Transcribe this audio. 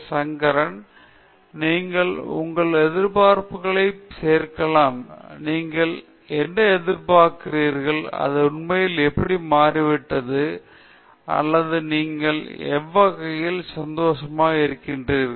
சங்கரன் நீங்கள் உங்கள் எதிர்பார்ப்புகளை சேர்க்கலாம் நீங்கள் என்ன எதிர்பார்க்கிறீர்கள் அது உண்மையில் எப்படி மாறிவிட்டது அல்லது நீங்கள் எவ்வகையிலும் சந்தோஷமாக இருக்கிறீர்கள்